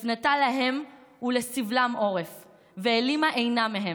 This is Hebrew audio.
הפנתה להם ולסבלם עורף והעלימה עינה מהם.